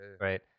Right